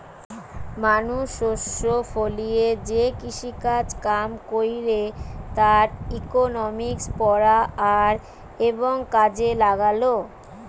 মানুষ শস্য ফলিয়ে যে কৃষিকাজ কাম কইরে তার ইকোনমিক্স পড়া আর এবং কাজে লাগালো